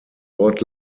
dort